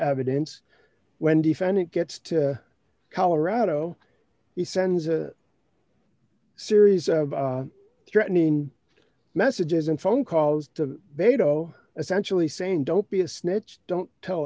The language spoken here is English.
evidence when defendant gets to colorado he sends a series of threatening messages and phone calls to bedo as actually saying don't be a snitch don't tell